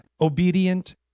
obedient